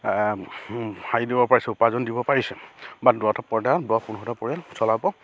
হেৰি দিব পাৰিছে উপাৰ্জন দিব পাৰিছে বা দুটা পৰ্যায়ত দহ পোন্ধৰ পৰিয়াল চলাব